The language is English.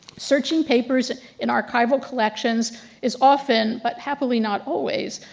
searching papers in archival collections is often, but happily not always,